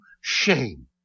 shame